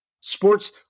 Sports